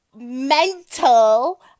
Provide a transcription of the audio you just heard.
mental